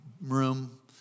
room